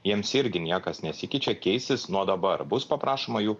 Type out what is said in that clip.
jiems irgi niekas nesikeičia keisis nuo dabar bus paprašoma jų